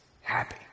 happy